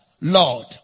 Lord